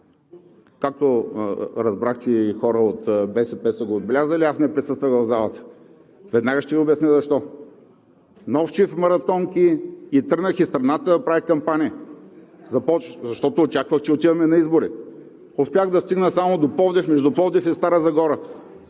като разбрах, че и хора от БСП са го отбелязали, аз не присъствах в залата. Веднага ще Ви обясня защо – нов чифт маратонки и тръгнах из страната да правя кампания, защото очаквах, че отиваме на избори. Успях да стигна само до Пловдив, между Пловдив и Стара Загора.